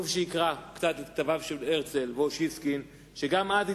טוב שיקרא קצת את כתביהם של הרצל ואוסישקין וגם אז,